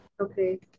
Okay